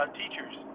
teachers